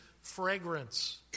fragrance